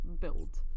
build